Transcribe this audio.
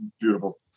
beautiful